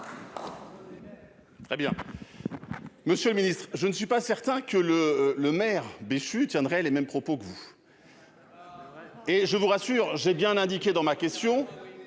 Très bien monsieur le Ministre, je ne suis pas certain que le le maire déchu tiendrait les mêmes propos vous. Et je vous rassure, j'ai bien indiqué dans ma question